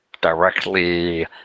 directly